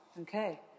okay